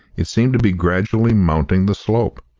it seemed to be gradually mounting the slope.